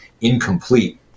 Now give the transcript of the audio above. incomplete